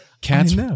cats